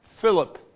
Philip